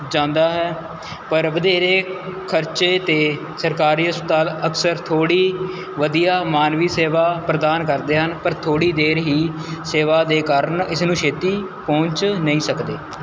ਜਾਂਦਾ ਹੈ ਪਰ ਵਧੇਰੇ ਖਰਚੇ 'ਤੇ ਸਰਕਾਰੀ ਹਸਪਤਾਲ ਅਕਸਰ ਥੋੜ੍ਹੀ ਵਧੀਆ ਮਾਨਵੀ ਸੇਵਾ ਪ੍ਰਦਾਨ ਕਰਦੇ ਹਨ ਪਰ ਥੋੜ੍ਹੀ ਦੇਰ ਹੀ ਸੇਵਾ ਦੇ ਕਾਰਨ ਇਸ ਨੂੰ ਛੇਤੀ ਪਹੁੰਚ ਨਹੀਂ ਸਕਦੇ